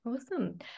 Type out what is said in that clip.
awesome